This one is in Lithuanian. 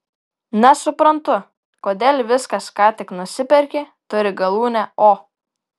nesuprantu kodėl viskas ką tik nusiperki turi galūnę o